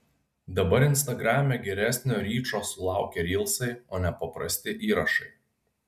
dabar instagrame geresnio ryčo sulaukia rylsai o ne paprasti įrašai